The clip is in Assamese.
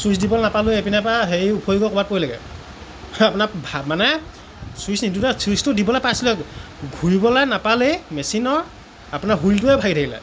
চুইছ দিবলৈ নাপালোৱে এইপিনৰপৰা হেৰি উফৰি গৈ ক'ৰবাত পৰিলেগৈ আপোনাৰ মানে চুইছটো নিদিওতেই চুইছ দিবলৈ পাইছিলোহে ঘুৰিবলৈ নাপালেই মেছিনৰ আপোনাৰ হুইলটোৱে ভাগি থাকিলে